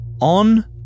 on